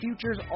futures